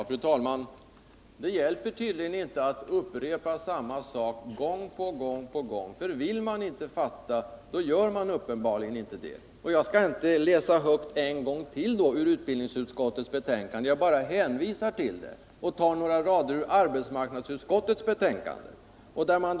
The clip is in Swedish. Fru talman! Det hjälper tydligen inte att upprepa samma sak gång på gång. Vill man inte fatta gör man uppenbarligen inte det. Jag skall inte läsa högt en gång till ur utbildningsutskottets betänkande — jag bara hänvisar till det och läser några rader ur arbetsmarknadsutskottets betänkande i stället.